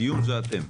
הדיון הזה אתם.